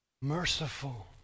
merciful